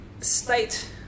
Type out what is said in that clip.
state